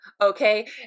okay